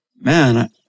Man